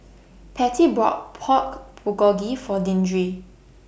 Patti bought Pork Bulgogi For Deandre